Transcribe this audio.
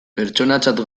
pertsonatzat